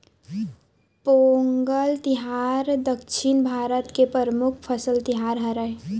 पोंगल तिहार दक्छिन भारत के परमुख फसल तिहार हरय